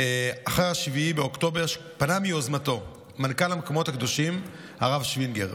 אחרי 7 באוקטובר פנה מיוזמתו מנכ"ל המקומות הקדושים הרב שווינגר,